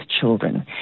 children